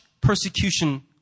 persecution